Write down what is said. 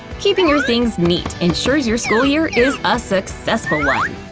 keeping your things neat ensures your school year is a successful one!